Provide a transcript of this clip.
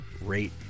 rate